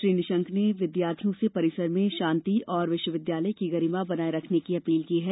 श्री निशंक ने विद्यार्थियों से परिसर में शांति और विश्वविद्यालय की गरिमा बनाये रखने की अपील की है